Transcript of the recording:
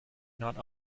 not